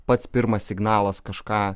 pats pirmas signalas kažką